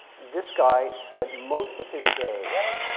this guy spent most of his days,